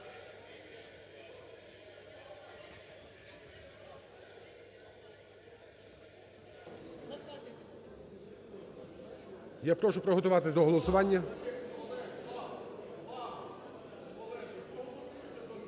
Я прошу приготуватись до голосування.